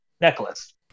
necklace